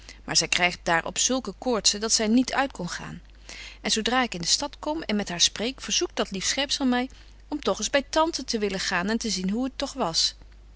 maar zy krygt daar op zulke koortzen dat zy niet uit kon gaan en zo dra ik in de stad kom en met betje wolff en aagje deken historie van mejuffrouw sara burgerhart haar spreek verzoekt dat lief schepzel my om toch eens by tante te willen gaan en te zien hoe het toch was